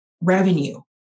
revenue